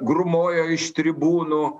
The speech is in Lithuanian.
grumojo iš tribūnų